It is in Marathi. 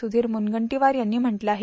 सुबीर मूनगंटीवार यांनी म्हटलं आहे